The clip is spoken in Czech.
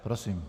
Prosím.